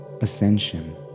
ascension